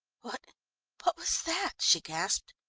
what what was that? she gasped.